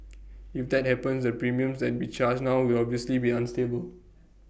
if that happens the premiums that we charge now will obviously be unstable